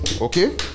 Okay